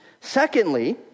Secondly